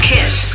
Kiss